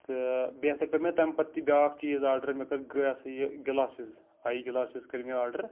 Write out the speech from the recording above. تہٕ بیٚیہِ ہَسا کٔر مےٚ تَمہِ پَتہٕ تہِ بیٛاکھ چیٖز آرڈر مےٚ کٔر گٔے سا یہِ گِلاسِز آی گِلاسِز کٔرۍ مےٚ آرڈر